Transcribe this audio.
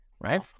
Right